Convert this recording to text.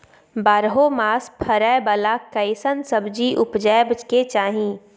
बारहो मास फरै बाला कैसन सब्जी उपजैब के चाही?